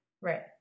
Right